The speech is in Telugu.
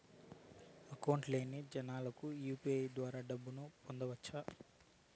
అకౌంట్ లేని జనాలకు యు.పి.ఐ ద్వారా డబ్బును పంపొచ్చా?